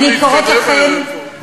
צריך להתקדם הערב פה.